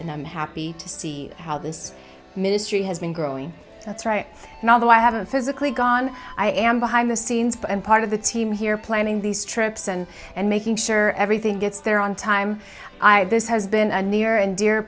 and i'm happy to see how this ministry has been growing that's right now although i haven't physically gone i am behind the scenes but i'm part of the team here planning these trips and and making sure everything gets there on time i this has been a near and dear